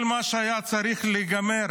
כל מה שהיה צריך להיגמר